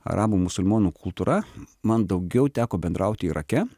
arabų musulmonų kultūra man daugiau teko bendraut irake